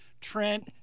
Trent